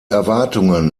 erwartungen